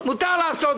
מותר לעשות.